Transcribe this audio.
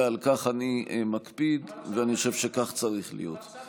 ועל כך אני מקפיד, ואני חושב שכך צריך להיות.